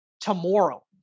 tomorrow